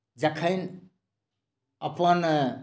जखन अपन